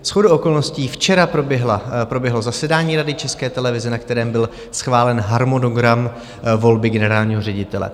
Shodou okolností včera proběhlo zasedání Rady České televize, na kterém byl schválen harmonogram volby generálního ředitele.